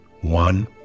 One